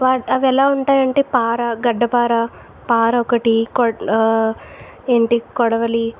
what అవి ఎలా ఉంటాయి అంటే పార గడ్డపార పార ఒకటి ఇంటి కొడవలి